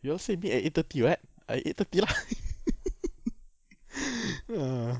you all say date at eight thirty [what] I eight thirty lah ah